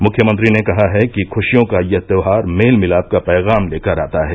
मुख्यमंत्री ने कहा है कि खुशियों का यह त्योहार मेल मिलाप का पैगाम लेकर आता है